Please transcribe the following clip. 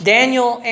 Daniel